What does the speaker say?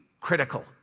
critical